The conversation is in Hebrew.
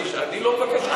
אני לא מבקש כלום.